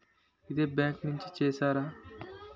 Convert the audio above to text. ఇదే బ్యాంక్ నుంచి చేస్తారా?